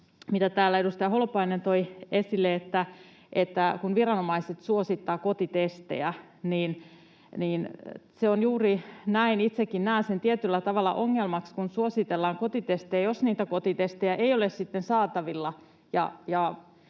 minkä täällä edustaja Holopainen toi esille. Kun viranomaiset suosittavat kotitestejä, niin se on juuri näin. Itsekin näen sen tietyllä tavalla ongelmaksi, kun suositellaan kotitestejä, jos niitä kotitestejä ei ole sitten saatavilla